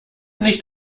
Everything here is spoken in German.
nicht